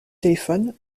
téléphone